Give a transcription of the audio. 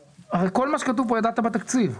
הרי כל מה שכתוב כאן, ידעתם בזמן התקציב.